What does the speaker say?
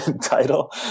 title